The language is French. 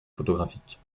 photographiques